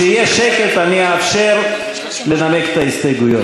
כשיהיה שקט, אני אאפשר לנמק את ההסתייגויות.